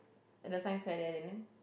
at the science fair there and then